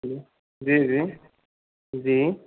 जी जी जी